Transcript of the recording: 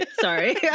Sorry